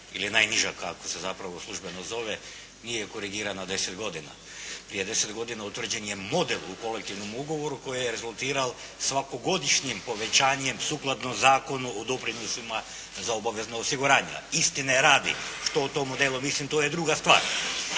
ili najniža kako se zapravo službeno zove, nije korigirana 10 godina. Prije 10 godina utvrđen je model u kolektivnom ugovoru koji je rezultirao svakogodišnjim povećanjem sukladno Zakonu o doprinosima za obavezna osiguranja. Istine radi, što o tom modelu mislim, to je druga stvar.